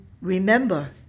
remember